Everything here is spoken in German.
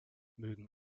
mögen